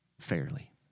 fairly